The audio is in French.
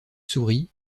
souris